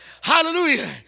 Hallelujah